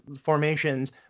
formations